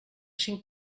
cinc